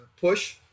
push